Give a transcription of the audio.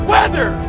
Weather